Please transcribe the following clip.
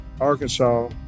Arkansas